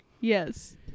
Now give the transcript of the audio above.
Yes